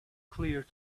clear